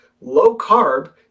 low-carb